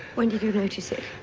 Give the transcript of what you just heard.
when did you notice it?